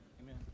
Amen